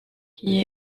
qui